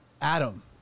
Adam